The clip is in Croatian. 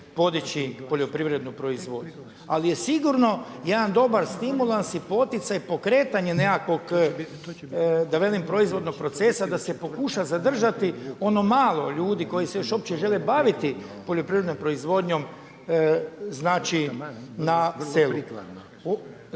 podići poljoprivrednu proizvodnju, ali je sigurno jedan dobar stimulans i poticaj pokretanje nekakvog da velim proizvodnog procesa da se pokuša zadržati ono malo ljudi koji se još uopće žele baviti poljoprivrednom proizvodnjom, znači na selu.